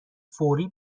فوری